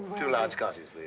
two large scotches,